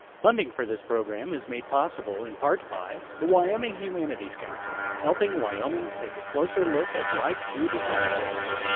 funding for this program is made possible in part by the wyoming humanities council. helping wyoming take a closer look at life through the humanities,